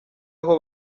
aho